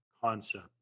concept